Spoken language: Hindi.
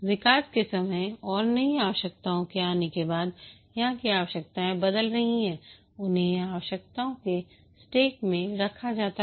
विकास के समय और नई आवश्यकताओं के आने के बाद यहां की आवश्यकताएं बदल रही हैं उन्हें यहां आवश्यकताओं के स्टैक में रखा जाता है